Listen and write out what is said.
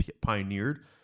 pioneered